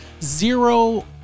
zero